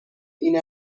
این